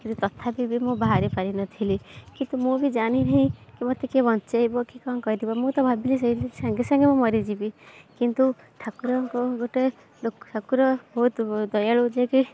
କିନ୍ତୁ ତଥାପି ବି ମୁଁ ବାହାରିପାରିନଥିଲି କିନ୍ତୁ ମୁଁ ବି ଜାଣିନାହିଁ କି ମୋତେ କିଏ ବଞ୍ଚାଇବ କି କ'ଣ କରିବ ମୁଁ ତ ଭାବିଲି ସେଇଠି ସାଙ୍ଗେ ସାଙ୍ଗେ ସେଇଠି ମୁଁ ମରିଯିବି କିନ୍ତୁ ଠାକୁରଙ୍କୁ ଗୋଟେ ଠାକୁର ବହୁତ ଦୟାଳୁ ଯେ କି